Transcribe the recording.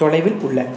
தொலைவில் உள்ள